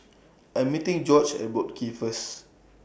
I Am meeting Gorge At Boat Quay First